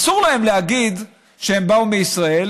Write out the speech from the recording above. אסור להם להגיד שהם באו מישראל,